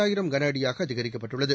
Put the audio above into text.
ஆயிரம் கனஅடியாக அதிகரிக்கப்பட்டுள்ளது